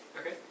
Okay